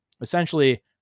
essentially